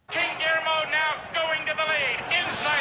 guillermo now going to the lead.